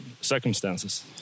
circumstances